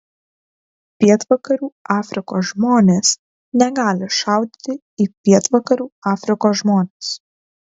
pietvakarių afrikos žmonės negali šaudyti į pietvakarių afrikos žmones